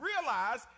realize